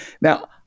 Now